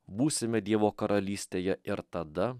būsime dievo karalystėje ir tada